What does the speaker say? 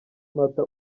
mata